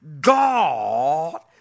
God